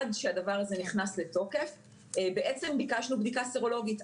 אבל עד שהדבר הזה נכנס לתוקף ביקשנו בדיקה סרולוגית.